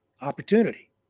opportunity